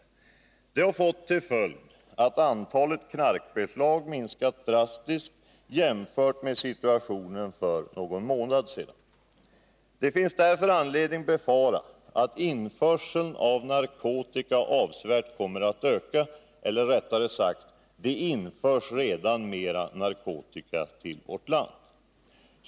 Detta har fått till följd att antalet knarkbeslag minskat drastiskt jämfört med situationen för någon månad sedan. Det finns därför anledning befara att införseln av narkotika avsevärt kommer att öka, eller — rättare sagt — det införs redan mera narkotika till vårt land.